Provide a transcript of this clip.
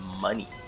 money